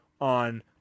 on